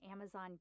Amazon